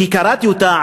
כי קראתי אותה,